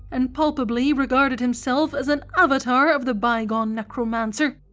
and palpably regarded himself as an avatar of the bygone necromancer.